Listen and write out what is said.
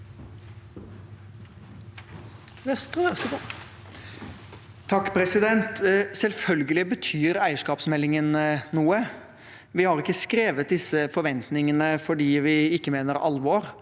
Selvfølge- lig betyr eierskapsmeldingen noe. Vi har ikke skrevet disse forventningene fordi vi ikke mener alvor.